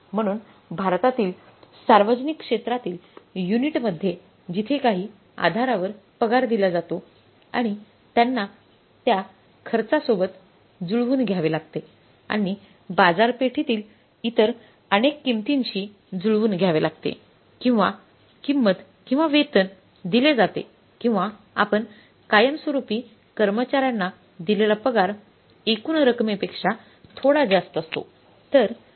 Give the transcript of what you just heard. म्हणून भारतातील सार्वजनिक क्षेत्रातील युनिटमध्ये जिथे काही आधारावर पगार दिला जातो आणि त्यांना त्या खर्च सोबत जुळवून घ्यावे लागते आणि बाजारपेठेतील इतर अनेक किंमतीशी जुळवून घ्यावे लागते किंवा किंमत किंवा वेतन दिले जाते किंवा आपण कायमस्वरुपी कर्मचार्यांना दिलेला पगार एकूण रकमेपेक्षा थोडा जास्त असतो